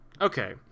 Okay